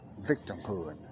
victimhood